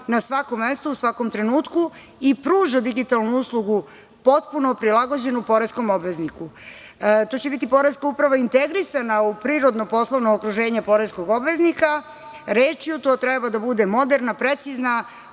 na svakom mestu u svakom trenutku i pruža digitalnu uslugu, potpuno prilagođenu poreskom obvezniku. To će biti poreska uprava integrisana u prirodno poslovno okruženje poreskog obveznika. Rečju, to treba da bude moderna, precizna,